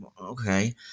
okay